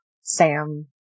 Sam